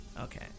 okay